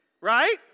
right